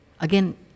again